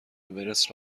اورست